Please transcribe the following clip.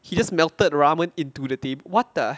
he just melted ramen into tab~ what the